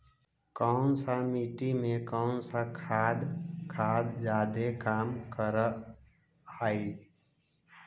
कौन सा मिट्टी मे कौन सा खाद खाद जादे काम कर हाइय?